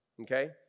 okay